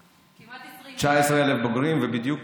19,000. כמעט 20,000. 19,000 בוגרים, ובדיוק